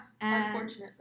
unfortunately